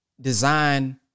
design